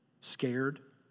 Scared